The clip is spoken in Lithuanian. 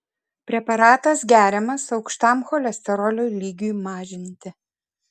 preparatas geriamas aukštam cholesterolio lygiui mažinti